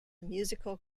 musical